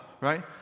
Right